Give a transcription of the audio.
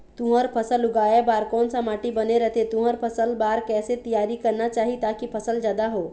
तुंहर फसल उगाए बार कोन सा माटी बने रथे तुंहर फसल बार कैसे तियारी करना चाही ताकि फसल जादा हो?